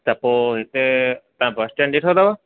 त पोइ हिते तव्हां बस स्टैंड ॾिठो अथव